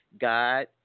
God